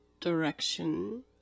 direction